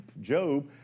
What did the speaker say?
Job